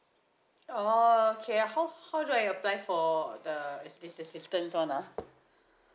oh okay how how do I apply for the this this assistance one ah